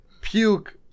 puke